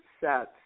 sets